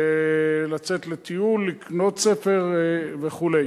כדי לצאת לטיול, לקנות ספר וכו'.